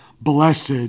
Blessed